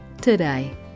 today